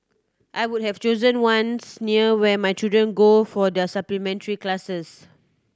I would have chosen ones near where my children go for their supplementary classes